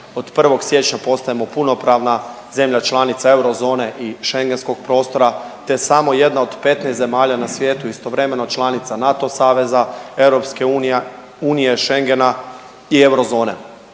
od 1. siječnja postajemo punopravna zemlja članica eurozone i Schengenskog prostora te samo jedna od 15 zemalja na svijetu istovremeno članica NATO saveza, EU, Schengena i eurozone.